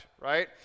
right